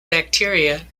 bacteria